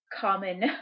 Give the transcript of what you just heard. common